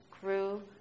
grew